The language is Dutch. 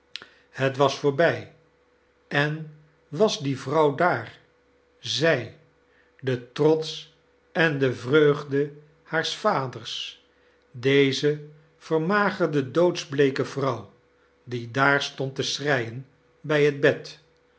het was voorbij en was die vrouw daar zij de trots en de vreugde haars vaders deze vermagerde doodsbleeke vrouw die daar stond te schreien bij het bed